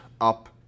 up